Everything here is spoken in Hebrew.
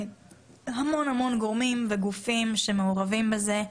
המון גורמים וגופים שמעורבים בזה,